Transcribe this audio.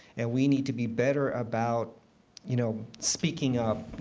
and we need to be better about you know speaking up,